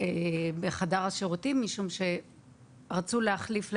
משום שרצו להחליף לילדה.